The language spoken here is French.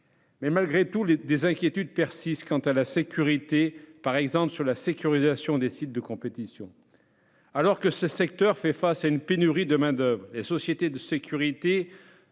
cas de récidive. Des inquiétudes persistent malgré tout en matière de sécurité, par exemple sur la sécurisation des sites de compétition. Alors que le secteur fait face à une pénurie de main-d'oeuvre, les sociétés de sécurité